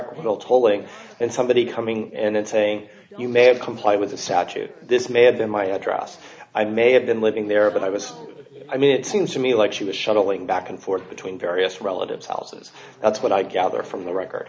tolling and somebody coming in and saying you may have complied with the south you this may have been my address i may have been living there but i was i mean it seems to me like she was shuttling back and forth between various relatives houses that's what i gather from the record